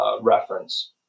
reference